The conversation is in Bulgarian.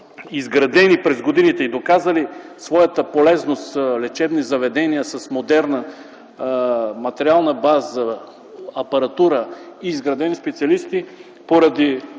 изградени през годините и доказали своята полезност лечебни заведения с модерна материална база, апаратура, изградени специалисти, поради